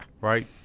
Right